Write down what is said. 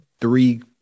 three